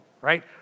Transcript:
right